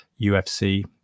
UFC